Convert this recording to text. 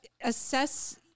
assess